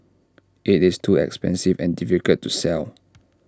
IT is too expensive and difficult to sell